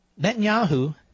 Netanyahu